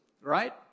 Right